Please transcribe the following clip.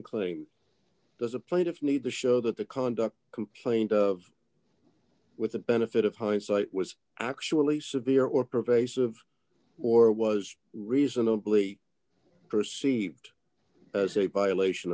claim there's a plate of need to show that the conduct complained of with the benefit of hindsight was actually severe or pervasive or was reasonably perceived as a by a lation